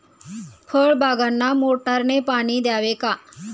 फळबागांना मोटारने पाणी द्यावे का?